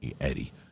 Eddie